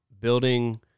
building